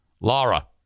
laura